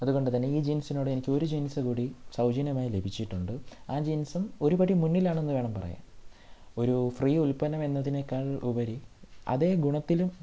അതുകൊണ്ട് തന്നെ ഈ ജീൻസിനോട് എനിക്ക് ഒരു ജീൻസ് കൂടി സൗജന്യമായി ലഭിച്ചിട്ടുണ്ട് ആ ജീൻസും ഒരുപടി മുന്നിലാണെന്ന് വേണം പറയാൻ ഒരു ഫ്രീ ഉൽപ്പന്നമെന്നതിനേക്കാൾ ഉപരി അതേ ഗുണത്തിലും